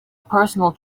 personal